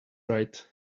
right